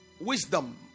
wisdom